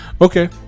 Okay